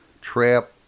Trap